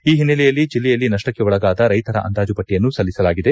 ಈ ಒನ್ನೆಲೆಯಲ್ಲಿ ಜಿಲ್ಲೆಯಲ್ಲಿ ನಷ್ಟಕ್ಕೆ ಒಳಗಾದ ರೈತರ ಅಂದಾಜು ಪಟ್ಟಿಯನ್ನು ಸಲ್ಲಿಸಲಾಗಿದೆ